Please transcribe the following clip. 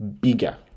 bigger